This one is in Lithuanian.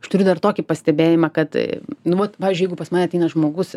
aš turiu dar tokį pastebėjimą kad nu vat pavyzdžiui jeigu pas mane ateina žmogus